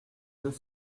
deux